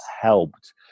helped